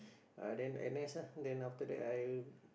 then n_s lah then after that I